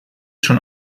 schon